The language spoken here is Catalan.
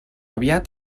aviat